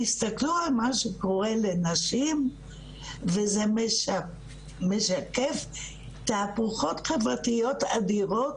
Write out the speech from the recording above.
תסתכלו על מה שקורה לנשים וזה משקף תהפוכות חברתיות אדירות